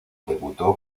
debutó